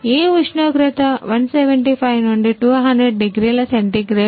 ఏ ఉష్ణోగ్రత 175 నుండి 200 డిగ్రీల సెంటీగ్రేడ్